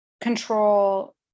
control